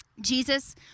Jesus